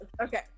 okay